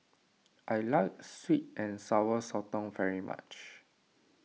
I like Sweet and Sour Sotong very much